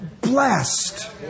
blessed